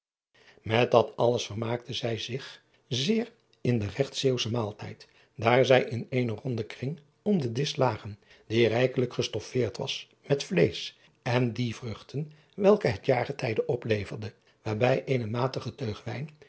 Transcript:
et dat alles vermaakte zij zich zeer in den regt eeuwschen maaltijd daar zij in eenen ronden kring om den disch lagen die rijkelijk gestoffeerd was met vleesch en die vruchten welke het jaargetijde opleverde waarbij eene matige teug wijn